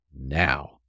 now